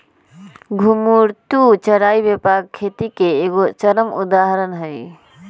घुमंतू चराई व्यापक खेती के एगो चरम उदाहरण हइ